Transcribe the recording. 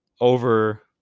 Over